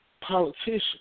politician